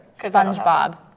SpongeBob